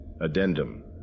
Addendum